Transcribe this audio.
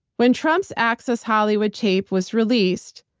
when trump's access hollywood tape was released,